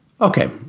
Okay